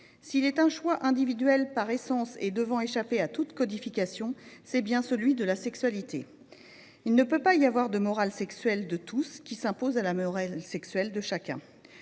S’il est un choix individuel par essence et devant échapper à toute codification, c’est bien celui de la sexualité. Il ne peut pas y avoir de “morale sexuelle” de tous qui s’impose à la “morale sexuelle” de chacun.